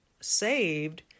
saved